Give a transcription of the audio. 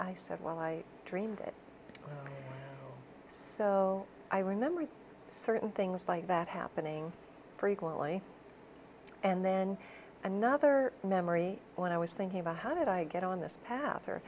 i said well i dreamed it so i remember certain things like that happening frequently and then another memory when i was thinking about how did i get on this path or